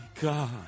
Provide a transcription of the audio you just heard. God